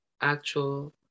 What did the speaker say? actual